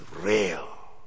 real